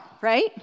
Right